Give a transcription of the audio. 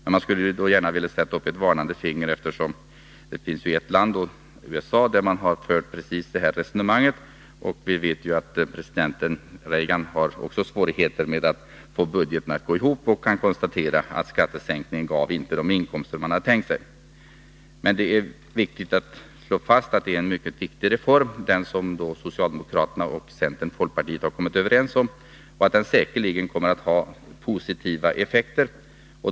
Jag skulle i det sammanhanget vilja sätta upp ett varnande finger och peka på att man i USA har fört precis detta resonemang och att vi vet att president Reagan har svårigheter att få budgeten att gå ihop. Man har där kunnat konstatera att skattesänkningen inte gav de inkomster man hade tänkt sig. Men det är angeläget att slå fast att det är en mycket viktig reform som socialdemokraterna, centern och folkpartiet har kommit överens om och att den säkerligen kommer att få positiva effekter.